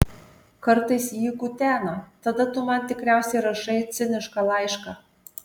kartais jį kutena tada tu man tikriausiai rašai cinišką laišką